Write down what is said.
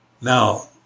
now